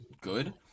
good